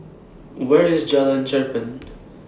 Where IS Jalan Cherpen